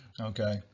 Okay